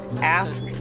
ask